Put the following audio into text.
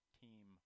team